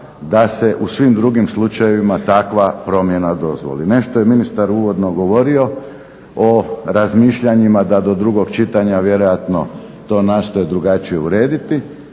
da se u svim drugim slučajevima takva promjena dozvoli. Nešto je ministar uvodno govorio o razmišljanjima da do drugog čitanja vjerojatno to nastoje drugačije urediti.